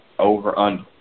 over-under